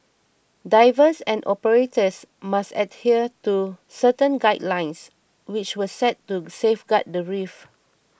divers and operators must adhere to certain guidelines which were set to safeguard the reef